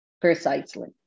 Precisely